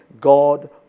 God